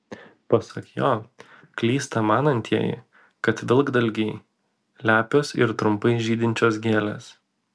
pasak jo klysta manantieji kad vilkdalgiai lepios ir trumpai žydinčios gėlės